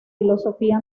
filosofía